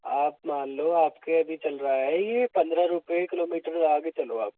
आप मान लो आपके अभी चल रहा है यह पंद्रह रुपए किलोमीटर लगा के चलो आप